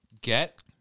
get